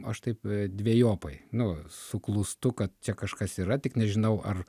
aš taip dvejopai nu suklūstu kad čia kažkas yra tik nežinau ar